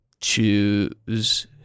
choose